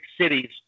cities